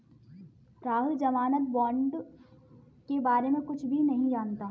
राहुल ज़मानत बॉण्ड के बारे में कुछ भी नहीं जानता है